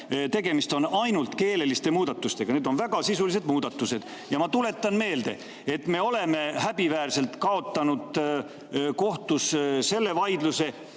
tegemist on ainult keeleliste muudatustega. Need on väga sisulised muudatused. Ja ma tuletan meelde, et me oleme häbiväärselt kaotanud kohtus selle vaidluse,